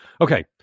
Okay